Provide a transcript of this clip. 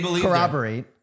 corroborate